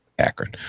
Akron